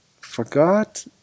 forgot